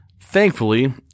thankfully